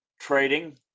trading